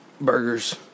burgers